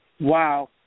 Wow